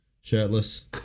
shirtless